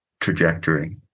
trajectory